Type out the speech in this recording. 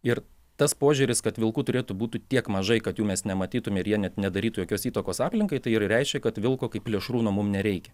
ir tas požiūris kad vilkų turėtų būti tiek mažai kad jų mes nematytume ir jie net nedarytų jokios įtakos aplinkai tai ir reiškia kad vilko kaip plėšrūno mum nereikia